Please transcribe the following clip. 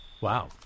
Wow